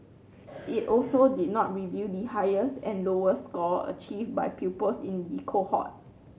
it also did not reveal the highest and lowest score achieved by pupils in the cohort